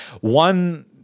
One